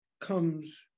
comes